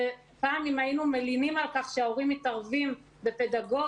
פעם אם היינו מלינים על כך שההורים מתערבים בפדגוגיה,